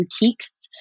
boutiques